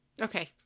Okay